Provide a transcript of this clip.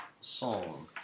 Song